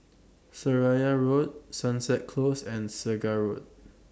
Seraya Road Sunset Close and Segar Road